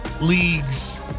leagues